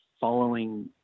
following